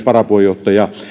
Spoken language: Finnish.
varapuheenjohtaja